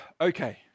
Okay